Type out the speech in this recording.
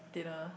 dinner